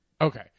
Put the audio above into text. Okay